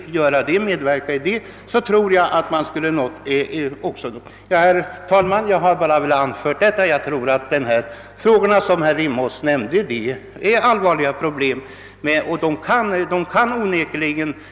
En sådan medverkan av herr Eliasson i Sundborn tror jag skulle vara värdefull. Jag har velat anföra detta, herr talman, därför att jag anser att de frågor herr Rimås tagit upp är allvarliga.